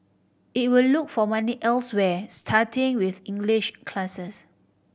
it will look for money elsewhere starting with English classes